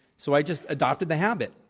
so i just adopted the habit,